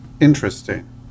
interesting